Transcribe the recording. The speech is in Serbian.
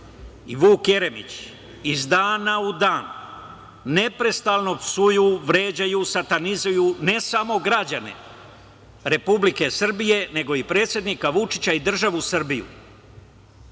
i Vuk Jeremić iz dana u dan neprestano psuju, vređaju, satanizuju ne samo građane Republike Srbije, nego i predsednika Vučića i državu Srbiju.